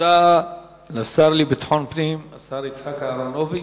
תודה לשר לביטחון הפנים, השר יצחק אהרונוביץ.